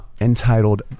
entitled